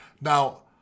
Now